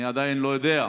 אני עדיין לא יודע.